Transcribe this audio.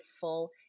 full